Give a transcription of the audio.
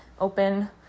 open